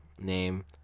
name